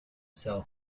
sell